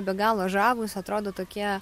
be galo žavūs atrodo tokie